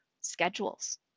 schedules